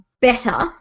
better